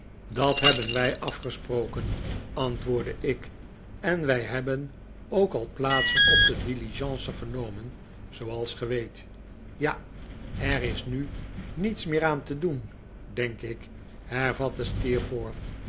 dat hebben wij afgesproken antwoordde ik en wij hebben ook al plaatsen op de diligence genomen zooals ge weet ja er is nu niets meer aan te doen denk ik hervatte